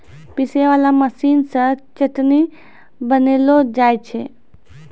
पीसै वाला मशीन से चटनी बनैलो जाय छै